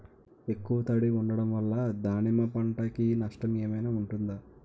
ఎక్కువ తడి ఉండడం వల్ల దానిమ్మ పంట కి నష్టం ఏమైనా ఉంటుందా?